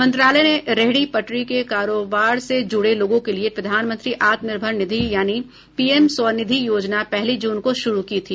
मंत्रालय ने रेहड़ी पटरी के कारोबार से ज़ुड़ें लोगों के लिए प्रधानमंत्री आत्मनिर्भर निधि यानि पीएम स्वनिधि योजना पहली ज़ुन को शुरू की थी